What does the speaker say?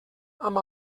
amb